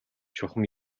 чухам